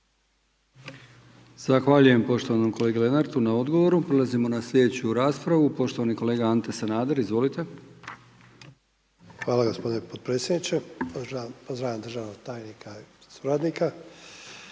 Zahvaljujem poštovanom kolegi Lenartu na odgovoru. Prelazimo na sljedeću raspravu. Poštovani kolega Ante Sanader. Izvolite. **Sanader, Ante (HDZ)** Hvala gospodine potpredsjedniče. Pozdravljam državnog tajnika i njegovog suradnika.